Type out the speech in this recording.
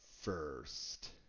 first